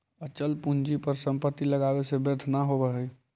अचल पूंजी पर संपत्ति लगावे से व्यर्थ न होवऽ हई